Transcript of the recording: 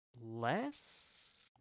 less